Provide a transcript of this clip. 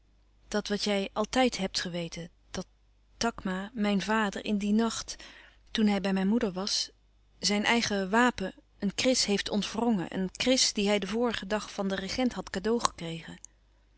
dat wat jij altijd hebt geweten dat takma mijn vader in dien nacht toen hij bij mijn moeder was zijn eigen wapen een kris heeft ontwrongen een kris die hij den vorigen dag van den regent had cadeau gekregen